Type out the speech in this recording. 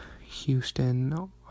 Houston